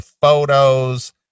photos